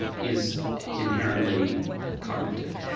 is inherently cognitive.